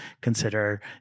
consider